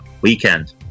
weekend